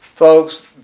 Folks